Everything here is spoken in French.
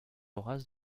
horace